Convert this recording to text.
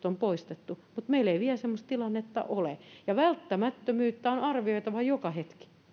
on poistettu mutta meillä ei vielä semmoista tilannetta ole ja välttämättömyyttä on arvioitava joka hetki